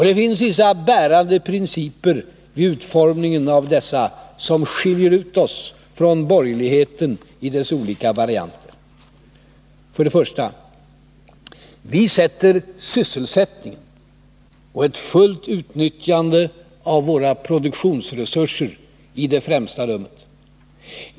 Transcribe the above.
Det finns vissa bärande principer vid utformningen av dessa förslag som skiljer ut oss från borgerligheten i dess olika varianter. För det första: Vi sätter sysselsättningen och ett fullt utnyttjande av våra produktionsresurser i det främsta rummet.